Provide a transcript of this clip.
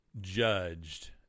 judged